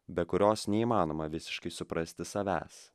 be kurios neįmanoma visiškai suprasti savęs